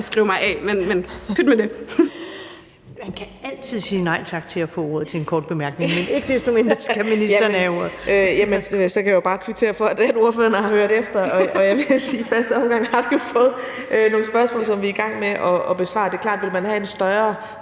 Man kan altid sige nej tak til at få ordet for en kort bemærkning. Men ikke desto mindre skal ministeren have ordet. Kl. 19:34 Social- og ældreministeren (Astrid Krag): Så kan jeg jo bare kvittere for, at ordføreren har hørt efter, og i første omgang har vi jo fået nogle spørgsmål, som vi er i gang med at besvare. Det er klart, at vil man have en større,